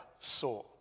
saw